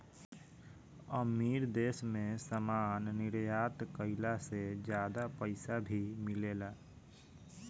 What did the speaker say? अमीर देश मे सामान निर्यात कईला से ज्यादा पईसा भी मिलेला